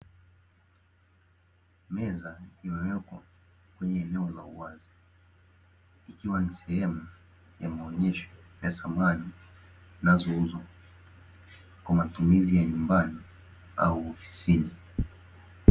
Meza imewekwa kwenye eneo la uwazi, ikiwa ni sehemu ya maonyesho ya samani zinazouzwa kwa matumizi ya nyumbani au ofisini.